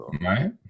Right